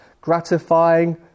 gratifying